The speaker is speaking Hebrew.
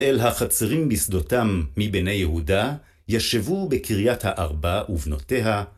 אל החצרים בשדותם מבני יהודה ישבו בקריית הארבע ובנותיה...